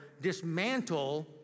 dismantle